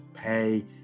Pay